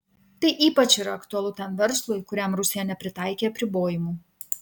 tai ypač yra aktualu tam verslui kuriam rusija nepritaikė apribojimų